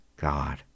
God